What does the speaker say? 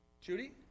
Judy